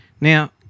Now